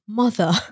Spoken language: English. mother